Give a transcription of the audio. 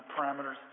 parameters